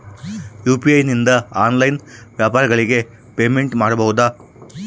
UPI ನಿಂದ online ವ್ಯಾಪಾರಗಳಿಗೆ payment ಮಾಡಬಹುದಾ?